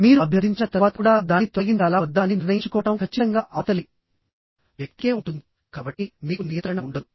మీరు అభ్యర్థించిన తర్వాత కూడా దాన్ని తొలగించాలా వద్దా అని నిర్ణయించుకోవడం ఖచ్చితంగా అవతలి వ్యక్తికే ఉంటుందికాబట్టి మీకు నియంత్రణ ఉండదు